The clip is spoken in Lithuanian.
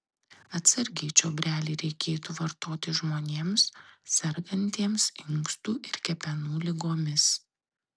atsargiai čiobrelį reikėtų vartoti žmonėms sergantiems inkstų ir kepenų ligomis